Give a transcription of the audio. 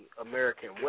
American